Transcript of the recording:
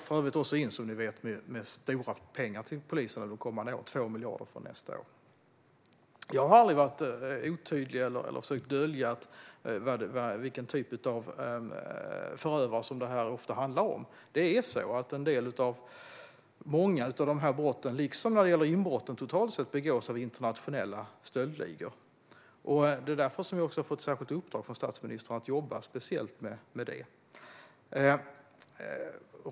För övrigt går vi in med mycket pengar till polisen under kommande år. Nästa år handlar det om 2 miljarder. Jag har aldrig varit otydlig eller försökt dölja vilka slags förövare detta ofta handlar om. Många av dessa brott, liksom inbrotten totalt sett, begås av internationella stöldligor. Därför har vi fått ett särskilt uppdrag från statsministern att speciellt jobba med detta.